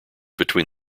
between